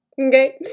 Okay